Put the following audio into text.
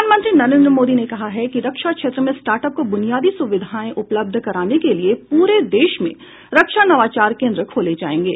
प्रधानमंत्री नरेन्द्र मोदी ने कहा है कि रक्षा क्षेत्र में स्टार्टअप को बुनियादी सुविधाएं उपलब्ध कराने के लिए पूरे देश में रक्षा नवाचार केन्द्र खोले जाएंगे